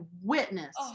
witness